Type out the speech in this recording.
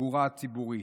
בתחבורה הציבורית.